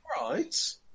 Right